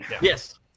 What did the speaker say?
Yes